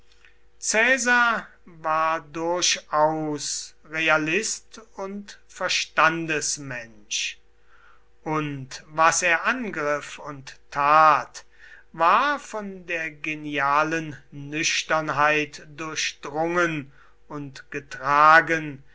caesar war durchaus realist und verstandesmensch und was er angriff und tat war von der genialen nüchternheit durchdrungen und getragen